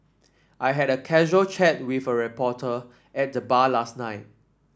I had a casual chat with a reporter at the bar last night